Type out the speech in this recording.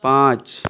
पाँच